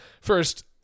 First